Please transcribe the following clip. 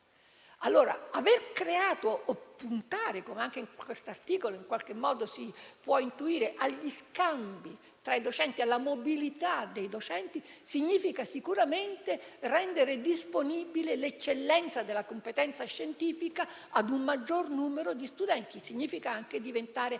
al mondo. Dunque puntare - come anche in quest'articolo in qualche modo si può intuire - agli scambi tra i docenti e alla loro mobilità significa sicuramente rendere disponibile l'eccellenza della competenza scientifica a un maggior numero di studenti e significa anche diventare